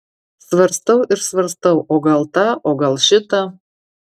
svarstau ir svarstau o gal tą o gal šitą